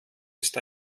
ist